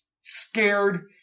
scared